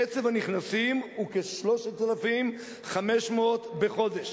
קצב הנכנסים הוא כ-3,500 בחודש,